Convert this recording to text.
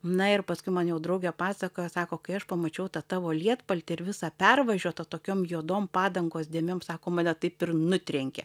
na ir paskui man jau draugė pasakoja sako kai aš pamačiau tą tavo lietpaltį ir visą pervažiuotą tokiom juodom padangos dėmėm sako mane taip ir nutrenkė